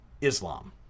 Islam